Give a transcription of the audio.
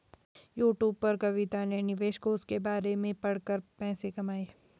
YouTube पर कविता ने निवेश कोष के बारे में पढ़ा कर पैसे कमाए